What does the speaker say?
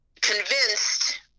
convinced